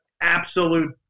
absolute